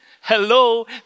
Hello